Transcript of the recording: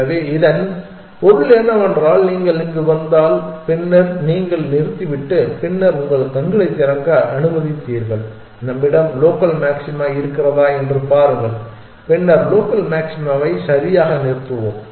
எனவே இதன் பொருள் என்னவென்றால் நீங்கள் இங்கு வந்தால் பின்னர் நீங்கள் நிறுத்திவிட்டு பின்னர் உங்கள் கண்களைத் திறக்க அனுமதித்தீர்கள் நம்மிடம் லோக்கல் மாக்சிமா இருக்கிறதா என்று பாருங்கள் பின்னர் லோக்கல் மாக்சிமாவை சரியாக நிறுத்துவோம்